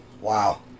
wow